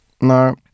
No